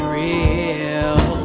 real